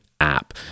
app